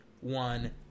One